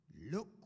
look